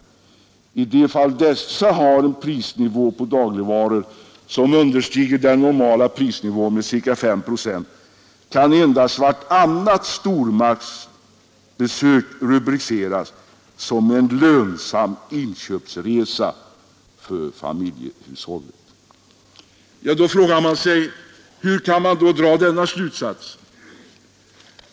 I de fall dessa har en prisnivå på dagligvaror som understiger den normala prisnivån med ca 5 procent kan endast vartannat stormarknadsbesök rubriceras som en lönsam inköpsresa för familjehushållet.” Hur kan man dra den slutsatsen?